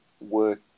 work